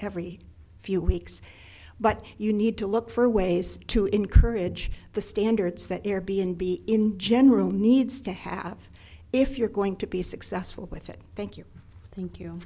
every few weeks but you need to look for ways to encourage the standards that air b n b in general needs to have if you're going to be successful with it thank you thank you